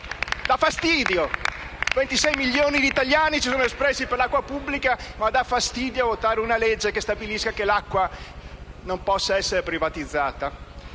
Dà fastidio: 26 milioni di italiani si sono espressi per l'acqua pubblica, ma dà fastidio votare una legge che stabilisce che l'acqua non possa essere privatizzata.